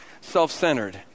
self-centered